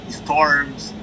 storms